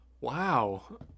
wow